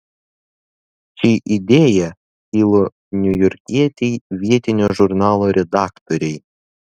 ši idėja kilo niujorkietei vietinio žurnalo redaktorei